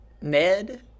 Ned